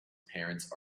parents